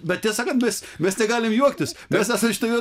bet tiesą sakant mes mes negalim juoktis mes esam šitoj vietoj